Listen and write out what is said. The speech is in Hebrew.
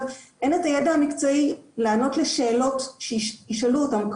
אין את הידע המקצועי לענות לשאלות שישאלו אותם,